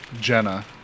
Jenna